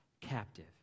captive